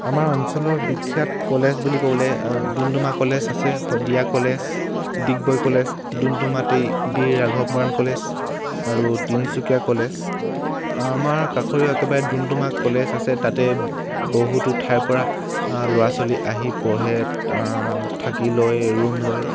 আমাৰ অঞ্চলৰ বিখ্যাত কলেজ বুলি ক'বলৈ ডুমডুমা কলেজ আছে শদিয়া কলেজ ডিগবৈ কলেজ ডুমডুমাতে বীৰ ৰাঘৱ মৰাণ কলেজ আৰু তিনিচুকীয়া কলেজ আমাৰ কাষতে একেবাৰে ডুমডুমা কলেজ আছে তাতে বহুতো ঠাইৰ পৰা ল'ৰা ছোৱালী আহি পঢ়ে থাকি লৈ ৰুম লয়